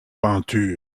peinture